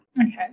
Okay